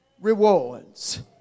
rewards